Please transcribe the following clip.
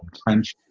cringe.